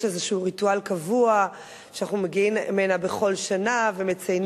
יש איזשהו ריטואל קבוע שאנחנו מגיעים הנה בכל שנה ומציינים,